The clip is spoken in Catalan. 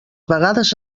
vegades